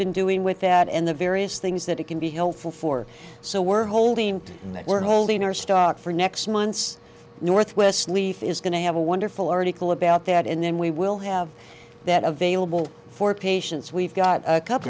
been doing with that and the various things that it can be helpful for so we're holding that we're holding our stock for next month's northwest's leaf is going to have a wonderful article about that and then we will have that available for patients we've got a coup